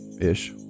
ish